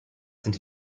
sind